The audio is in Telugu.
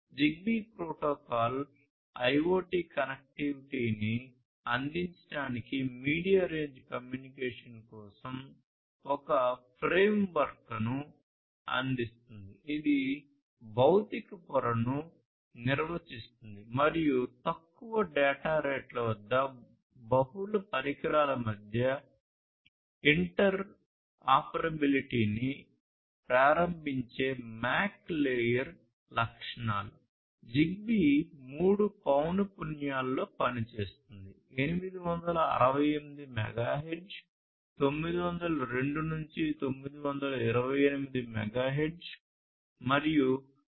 జిగ్బీ ప్రోటోకాల్ IoT కనెక్టివిటీని అందించడానికి మీడియం రేంజ్ కమ్యూనికేషన్ కోసం ఒక ఫ్రేమ్వర్క్ను అందిస్తుంది ఇది భౌతిక పొరను పనిచేస్తుంది 868 మెగాహెర్ట్జ్ 902 నుండి 928 మెగాహెర్ట్జ్ మరియు 2